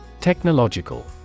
Technological